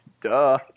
Duh